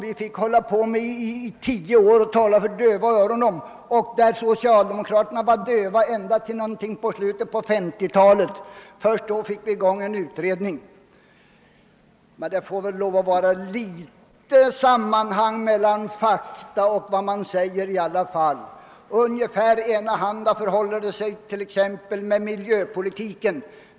Vi fick i tio år tala.om den för döva öron innan det i slutet av 1950-talet sattes till en utredning. — Det får väl vara något sammanhang mellan fakta och påståenden! Ungefär enahanda förhåller det sig med miljöpolitiken.